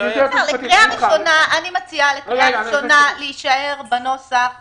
--- לקריאה ראשונה אני מציעה להישאר בנוסח הזה.